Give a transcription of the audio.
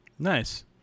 Nice